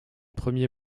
premier